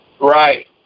Right